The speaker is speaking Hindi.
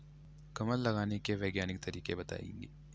कमल लगाने के वैज्ञानिक तरीके बताएं?